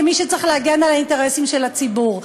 כמי שצריך להגן על האינטרסים של הציבור.